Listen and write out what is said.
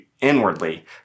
inwardly